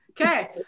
Okay